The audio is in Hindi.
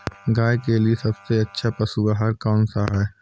गाय के लिए सबसे अच्छा पशु आहार कौन सा है?